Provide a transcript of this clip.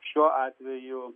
šiuo atveju